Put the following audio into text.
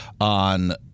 on